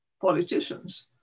politicians